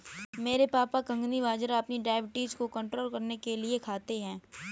मेरे पापा कंगनी बाजरा अपनी डायबिटीज को कंट्रोल करने के लिए खाते हैं